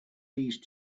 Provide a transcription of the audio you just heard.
these